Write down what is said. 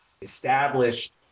established